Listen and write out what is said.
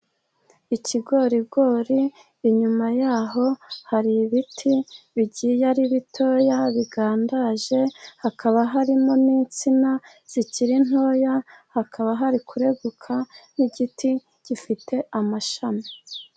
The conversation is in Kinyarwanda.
Ikigorigori, inyuma yaho hari ibiti bigiye ari bitoya bigandaje, hakaba harimo n'insina zikiri ntoya, hakaba hari kureguka n'igiti gifite amashami.